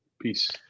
Peace